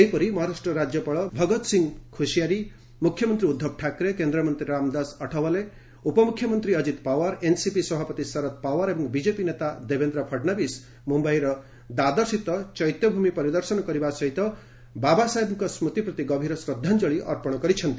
ସେହିପରି ମହାରାଷ୍ଟ୍ର ରାଜ୍ୟପାଳ ଭଗତ୍ସିଂହ ଖୋଶିଆରି ମୁଖ୍ୟମନ୍ତ୍ରୀ ଉଦ୍ଧବ ଠାକ୍ରେ କେନ୍ଦ୍ରମନ୍ତ୍ରୀ ରାମଦାସ ଅଠାୱାଲେ ଉପମୁଖ୍ୟମନ୍ତ୍ରୀ ଅଜିତ୍ ପାୱାର୍ ଏନ୍ସିପି ସଭାପତି ଶରଦ୍ ପାୱାର୍ ଏବଂ ବିକେପି ନେତା ଦେବେନ୍ଦ୍ର ଫଡ଼୍ନବୀଶ୍ ମୁମ୍ୟାଇର ଦାଦର୍ସ୍ଥିତ ଚୈତ୍ୟଭୂମି ପରିଦର୍ଶନ କରିବା ସହିତ ବାବାସାହେବଙ୍କ ସ୍କୃତି ପ୍ରତି ଗଭୀର ଶ୍ରଦ୍ଧାଞ୍ଚଳି ଅର୍ପଣ କରିଛନ୍ତି